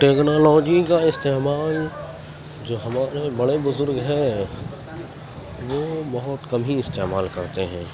technology کا استعمال جو ہمارے بڑے بزرگ ہیں وہ بہت کم ہی استعمال کرتے ہیں